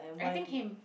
I think him